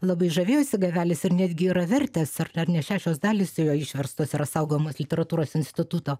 labai žavėjosi gavelis ir netgi yra vertęs ar ar ne šešios dalys jo išverstos yra saugomas literatūros instituto